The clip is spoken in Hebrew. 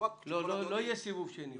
לא יהיה סיבוב שני.